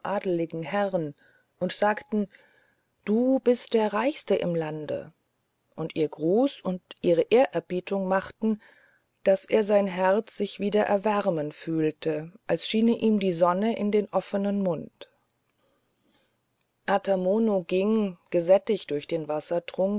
herrn und sagten du bist der reichste im lande und ihr gruß und ihre ehrerbietung machten daß er sein herz sich wieder erwärmen fühlte als schiene ihm die sonne in den offenen mund ata mono ging gesättigt durch den wassertrunk